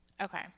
Okay